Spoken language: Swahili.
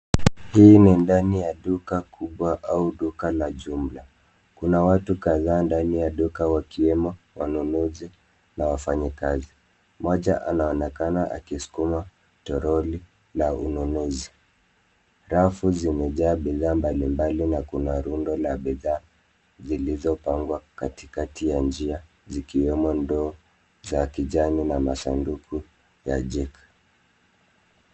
Hii ni ndani ya duka kubwa au duka la jumla. Watu kadhaa ndani ya duka wakiwemo, wanunuzi na wafanyakazi. Mmoja anaonekana akiskuma toroli, la ununuzi. Rafu zimejaa bidhaa mbalimbali na kuna rundo la bidhaa zilizopangwa katikati ya njia zikiwemo ndoo za kijani na masanduku ya jik .